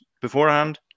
beforehand